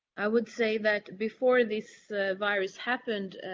i would say that before this virus happened,